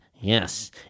yes